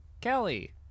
kelly